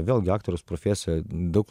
vėlgi aktoriaus profesija daug